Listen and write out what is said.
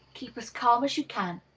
keep as calm as you can.